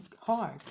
hard